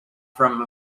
from